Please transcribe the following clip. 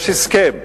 יש הסכם.